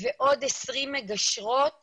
ועוד 20 מגשרות